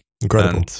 Incredible